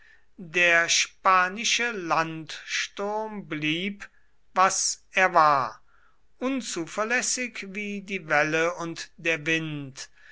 der spanische landsturm blieb was er war unzuverlässig wie die welle und der wind